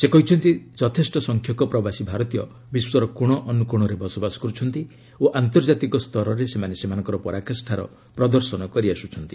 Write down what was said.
ସେ କହିଛନ୍ତି ଯଥେଷ୍ଟ ସଂଖ୍ୟକ ପ୍ରବାସୀ ଭାରତୀୟ ବିଶ୍ୱର କୋଶ ଅନୁକୋଣରେ ବସବାସ କରୁଛନ୍ତି ଓ ଆନ୍ତର୍ଜାତିକ ସ୍ତରରେ ସେମାନେ ସେମାନଙ୍କର ପରାକାଷାର ପ୍ରଦର୍ଶନ କରିଆସୁଛନ୍ତି